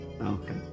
Okay